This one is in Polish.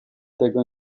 tego